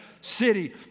city